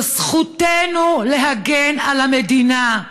זו זכותנו להגן על המדינה,